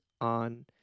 on